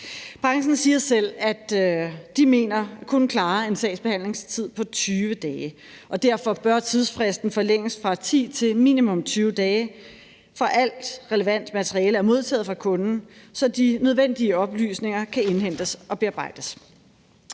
Branchen siger selv, at de mener at kunne klare en sagsbehandlingstid på 20 dage, og derfor bør tidsfristen forlænges fra 10 til minimum 20 dage, fra alt relevant materiale er modtaget fra kunden, så de nødvendige oplysninger kan indhentes og bearbejdes.